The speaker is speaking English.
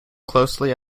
closely